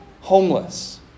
homeless